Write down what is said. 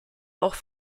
auch